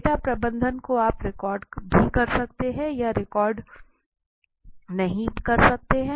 data प्रबंधन को आप रिकॉर्ड कर भी सकते हैं या रिकॉर्ड नहीं भी कर सकते हैं